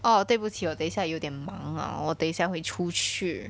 哦对不起了等一下有点忙啊我等一下会出去